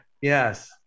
Yes